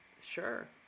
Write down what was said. Sure